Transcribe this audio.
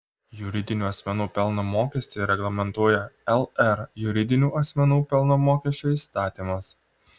juridinių asmenų pelno mokestį reglamentuoja lr juridinių asmenų pelno mokesčio įstatymas